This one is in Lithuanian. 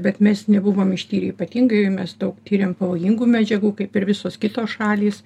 bet mes nebuvom ištyrę ypatingai mes daug tiriam pavojingų medžiagų kaip ir visos kitos šalys